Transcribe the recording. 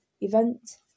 event